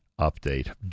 update